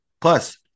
plus